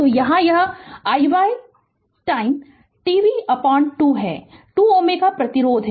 तो यहाँ यह i y समय t v 2 है कि 2 Ω प्रतिरोध है